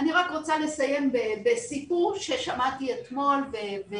אני רק רוצה לסיים בסיפור ששמעתי אתמול עם